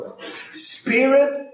Spirit